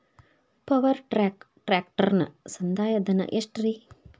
Power track ಟ್ರ್ಯಾಕ್ಟರನ ಸಂದಾಯ ಧನ ಎಷ್ಟ್ ರಿ?